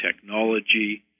technology